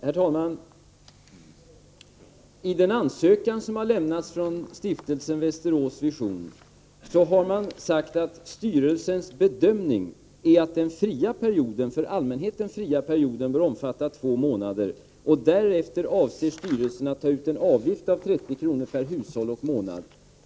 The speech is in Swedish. Herr talman! I ansökan från stiftelsen Västerås Vision har man förklarat att styrelsens bedömning är att den för allmänheten fria perioden bör omfatta två månader. Därefter avser styrelsen att ta ut en avgift på 30 kr. per hushåll och månad.